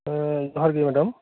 ᱦᱮᱸ ᱡᱚᱦᱟᱨᱜᱤ ᱢᱮᱰᱚᱢ